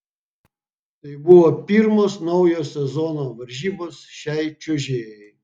tai buvo pirmos naujo sezono varžybos šiai čiuožėjai